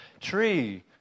tree